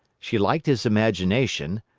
she liked his imagination,